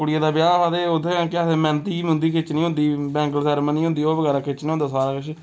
कुड़ियें दा ब्याह् हा ते उत्थै केह् आखदे मैंह्दी मुंदी खिच्चनी होंदी बैंगल सेैरीमनी होंदी ओह् बगैरा खिच्चना होंदा सारा किश